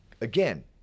Again